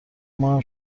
ماهم